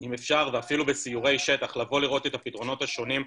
אם אפשר ואפילו בסיורי שטח לבוא לראות את הפתרונות השונים,